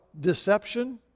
Deception